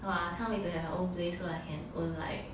!wah! can't wait to have my own place so I can own like